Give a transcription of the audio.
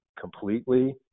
completely